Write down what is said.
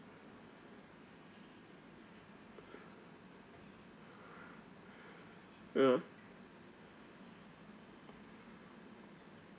(uh huh)